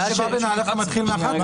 הוא מתחיל מ-11.